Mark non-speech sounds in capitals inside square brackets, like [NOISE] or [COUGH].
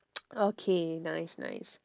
[NOISE] okay nice nice